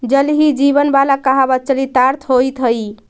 जल ही जीवन हई वाला कहावत चरितार्थ होइत हई